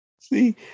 See